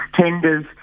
tenders